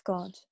God